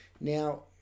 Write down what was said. Now